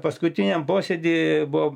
paskutiniam posėdy buvo